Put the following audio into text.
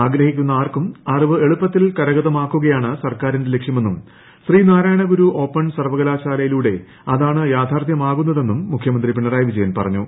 അഗ്രഹിക്കുന്ന ആർക്കും അറിവ് എളുപ്പത്തിൽ കരഗതമാക്കുകയാണ് സർക്കാരിന്റെ ലക്ഷ്യമെന്നും ശ്രീനാ്രായണഗുരു ഓപ്പൺ സർവ്വകലാശാലയിലൂടെ അതാണ് യാഥാർത്ഥ്യമാകുന്നതെന്നും മുഖ്യമന്ത്രി പിണറായിവിജയൻ പറഞ്ഞു